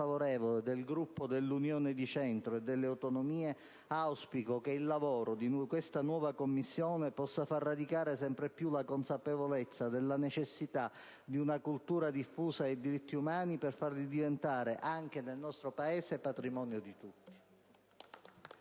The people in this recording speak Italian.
del Gruppo Unione di Centro e Autonomie, auspico che il lavoro di questa nuova Commissione possa far radicare sempre più la consapevolezza della necessità di una cultura diffusa dei diritti umani per farli diventare anche nel nostro Paese patrimonio di tutti.